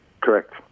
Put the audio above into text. Correct